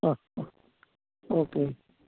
ആ ആ ഓക്കെ